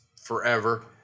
forever